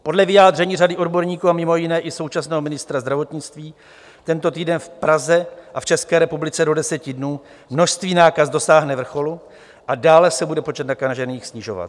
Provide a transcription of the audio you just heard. Podle vyjádření řady odborníků a mimo jiné i současného ministra zdravotnictví tento týden v Praze a v České republice do deseti dnů množství nákaz dosáhne vrcholu a dále se bude počet nakažených snižovat.